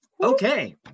Okay